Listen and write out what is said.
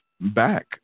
back